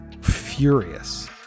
furious